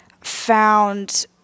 found